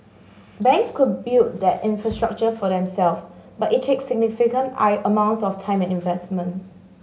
banks could build that infrastructure for themselves but it takes significant I amounts of time and investment